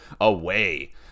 away